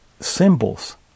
symbols